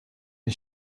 این